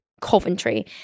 Coventry